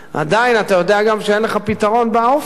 עדיין, אתה יודע גם שאין לך פתרון באופק.